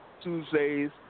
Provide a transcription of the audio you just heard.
Tuesdays